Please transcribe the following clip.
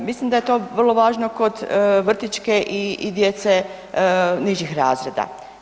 Mislim da je to vrlo važno kod vrtićke i djece nižih razreda.